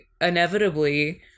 inevitably